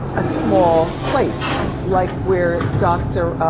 a small place, like where dr.